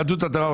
יהדות התורה,